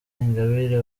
ingabire